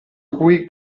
cui